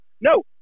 no